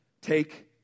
take